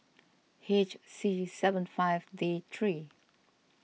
H C seven five D three